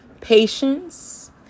patience